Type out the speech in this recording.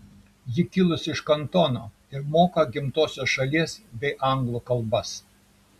ji kilusi iš kantono ir moka gimtosios šalies bei anglų kalbas